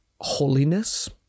holiness